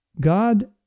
God